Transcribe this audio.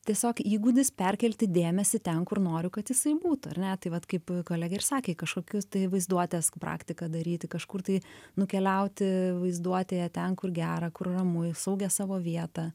tiesiog įgūdis perkelti dėmesį ten kur noriu kad jisai būtų ar ne tai vat kaip kolegė ir sakė į kažkokius tai vaizduotės praktiką daryti kažkur tai nukeliauti vaizduotėje ten kur gera kur ramu į saugią savo vietą